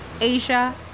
Asia